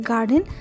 Garden